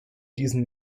diesen